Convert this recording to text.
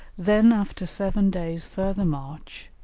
then after seven days' further march,